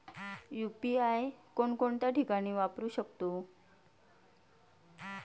UPI कोणकोणत्या ठिकाणी वापरू शकतो?